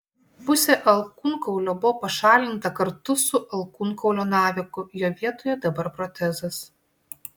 pusė alkūnkaulio buvo pašalinta kartu su alkūnkaulio naviku jo vietoje dabar protezas